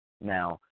Now